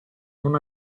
non